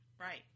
Right